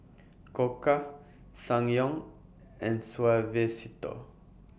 Koka Ssangyong and Suavecito